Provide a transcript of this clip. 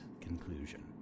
conclusion